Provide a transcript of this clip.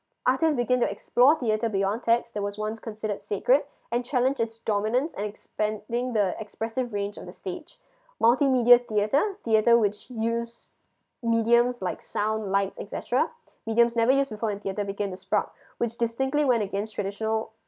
artist begin to explore theater beyond text that was once considered sacred and challenge it's dominance and expending the expressive range of the stage multimedia theater theater which use mediums like sound light et cetera mediums never used before in theater begin to sprout which distinctly went against traditional